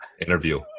interview